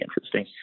interesting